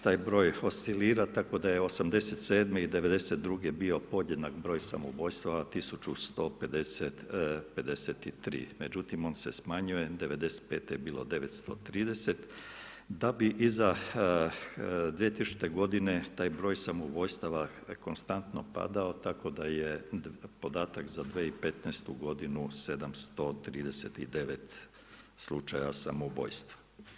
Taj broj oscilira tako da je '87. i '92. bio podjednak broj samoubojstava 1153 međutim, on se smanjuje '95. je bilo 930, da bi iza 2000. g. taj broj samoubojstava konstanto padao, tako da je podatak za 2015. g. 739 slučaja samoubojstva.